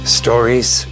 stories